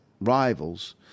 rivals